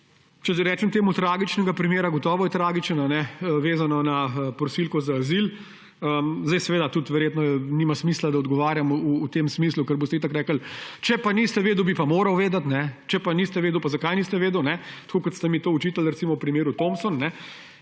že rečem temu, tragičnega primera, gotovo je tragičen, vezano na prosilko za azil. Verjetno nima smisla, da odgovarjam v tem smislu, ker boste itak rekli, če pa niste vedeli, bi pa morali vedeti, če pa niste vedeli, pa zakaj niste vedeli, tako kot ste mi to očitali recimo v primeru Thompson.